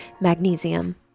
magnesium